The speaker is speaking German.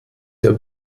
der